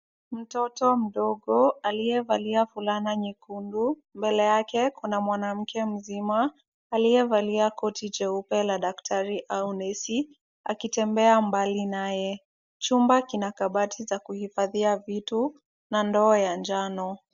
Mtoto mdogo aliyevalia fulana nyekundu. Mbele yake kuna mwanamke mzima aliyevalia koti jeupe la daktari au nesi akitembea mbali naye. Chumba kina kabati za kuhifadhia vitu na ndoo ya njano.